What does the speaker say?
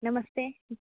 नमस्ते